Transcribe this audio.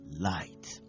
light